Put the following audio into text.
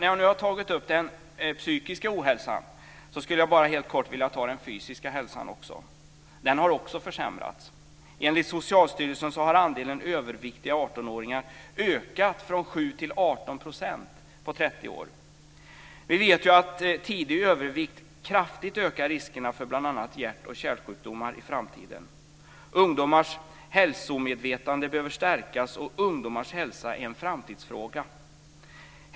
När jag nu har tagit upp den psykiska ohälsan skulle jag helt kort vilja ta upp den fysiska hälsan också. Den har också försämrats. Enligt Socialstyrelsen har andelen överviktiga 18-åringar ökat från 7 till 18 % på 30 år. Ungdomars hälsomedvetande behöver stärkas, och ungdomars hälsa är en framtidsfråga.